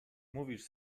mówisz